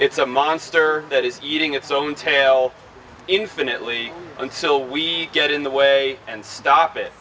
it's a monster that is eating its own tail infinitely until we get in the way and stop it